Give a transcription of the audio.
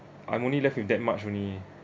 I'm only left with that much only